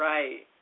Right